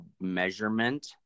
measurement